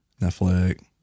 Netflix